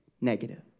negative